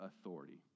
authority